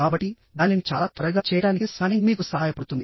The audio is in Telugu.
కాబట్టిదానిని చాలా త్వరగా చేయడానికి స్కానింగ్ మీకు సహాయపడుతుంది